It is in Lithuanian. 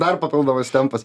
dar papildomas tempas